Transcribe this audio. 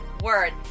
word